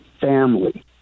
family